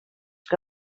que